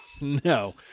No